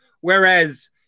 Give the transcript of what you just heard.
whereas